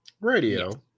Radio